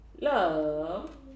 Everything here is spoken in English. Love